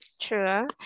True